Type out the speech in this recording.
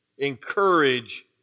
encourage